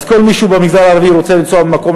אז כל מי שהוא במגזר הערבי ורוצה לנסוע ממקום